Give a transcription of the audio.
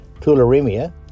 Tularemia